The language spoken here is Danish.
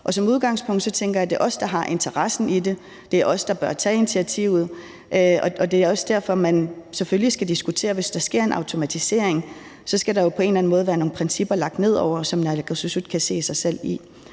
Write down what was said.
og som udgangspunkt tænker jeg, at det er os, der har interessen i det, og at det er os, der bør tage initiativet. Og det er jo selvfølgelig også derfor, man, hvis der sker en automatisering, skal diskutere, at der på en eller anden måde skal være nogle principper lagt ned over det, som naalakkersuisut kan se sig selv i.